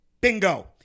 Bingo